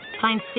find